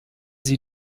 sie